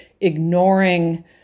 ignoring